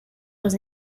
was